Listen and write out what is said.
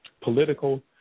political